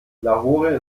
lahore